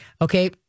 okay